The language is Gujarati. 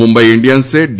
મુંબઈ ઈન્ડિયન્સે ડી